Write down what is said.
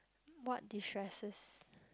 what de stresses